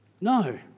No